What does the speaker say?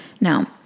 Now